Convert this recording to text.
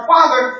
Father